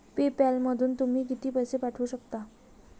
पे पॅलमधून तुम्ही किती पैसे पाठवू शकता?